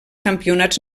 campionats